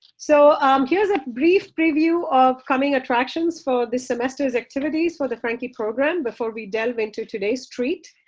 so here's a brief preview of coming attractions for this semester is activities for the franke program before we delve into today's treat.